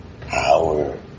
power